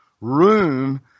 room